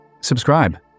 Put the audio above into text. Subscribe